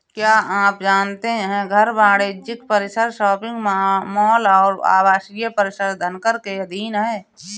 क्या आप जानते है घर, वाणिज्यिक परिसर, शॉपिंग मॉल और आवासीय परिसर धनकर के अधीन हैं?